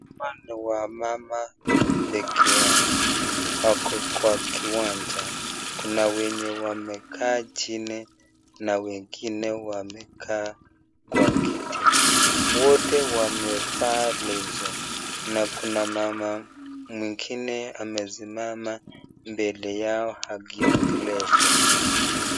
Hapa ni wamama peke yako. Wako kwa kiwanja. Kuna wenye wamekaa chini na wengine wamekaa kwa kiti. Wote wamevaa leso na kuna mama mwengine amesimama mbele yao akiongelesha.